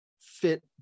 fit